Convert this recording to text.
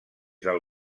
del